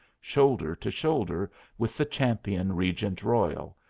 shoulder to shoulder with the champion regent royal,